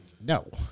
No